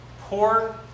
pour